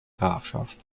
grafschaft